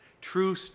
True